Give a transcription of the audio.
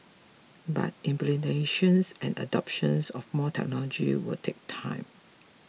but implementation and adoption of more technology will take time